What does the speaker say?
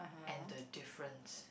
and the difference